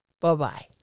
Bye-bye